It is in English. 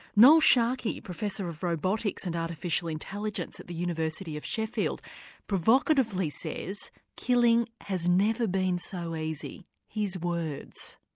noel sharkey, professor of robotics and artificial intelligence at the university of sheffield provocatively says killing has never been so easy his words.